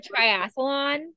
triathlon